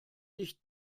nicht